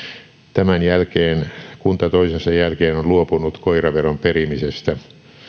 tämän jälkeen kunta toisensa jälkeen on on luopunut koiraveron perimisestä